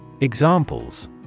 Examples